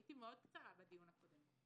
הייתי קצרה מאוד בדיון הקודם.